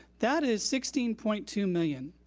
that is sixteen point two million.